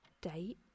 Date